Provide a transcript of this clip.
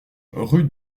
rue